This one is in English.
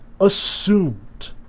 assumed